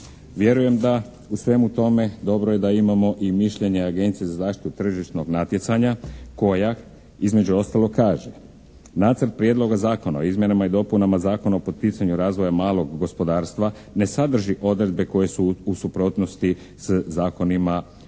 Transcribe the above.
Vjerujem da u svemu tome dobro je da imamo i mišljenje Agencije za zaštitu tržišnog natjecanja koja između ostalog kaže, Nacrt prijedloga Zakona o izmjenama i dopunama Zakona o poticanju razvoj malog gospodarstva ne sadrži odredbe koje su u suprotnosti sa zakonima,